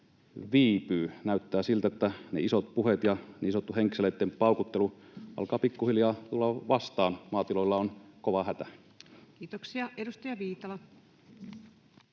viipyy? Näyttää siltä, että ne isot puheet ja niin sanottu henkseleitten paukuttelu alkavat pikkuhiljaa tulla vastaan. Maatiloilla on kova hätä. [Speech 182] Speaker: